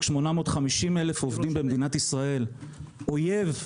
850,000 עובדים במדינת ישראל שהוא אויב,